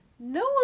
No